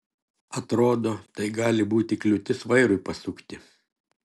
atrodo tai gali būti kliūtis vairui pasukti